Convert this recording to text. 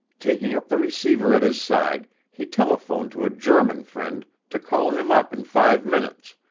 taking up the receiver at his side, he telephoned to a german friend to call him up in five minutes,